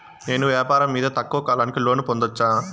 నేను వ్యాపారం మీద తక్కువ కాలానికి లోను పొందొచ్చా?